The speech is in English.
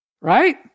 Right